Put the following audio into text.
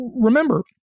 remember